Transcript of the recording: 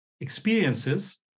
experiences